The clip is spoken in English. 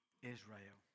Israel